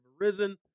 arisen